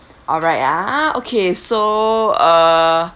alright ah okay so err